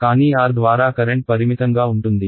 కానీ R ద్వారా current పరిమితంగా ఉంటుంది